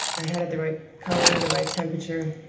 i had it the right color, the right temperature.